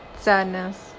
sadness